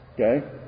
Okay